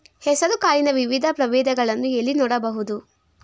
ಹೆಸರು ಕಾಳಿನ ವಿವಿಧ ಪ್ರಭೇದಗಳನ್ನು ಎಲ್ಲಿ ನೋಡಬಹುದು?